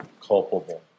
culpable